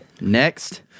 Next